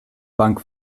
bank